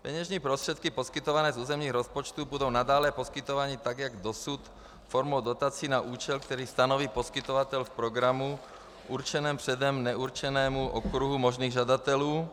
Peněžní prostředky poskytované z územních rozpočtů budou nadále poskytovány, tak jako dosud, formou dotací na účel, který stanoví poskytovatel v programu určeném předem neurčenému okruhu možných žadatelů.